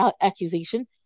accusation